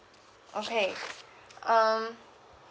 okay um